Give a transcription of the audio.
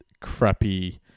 crappy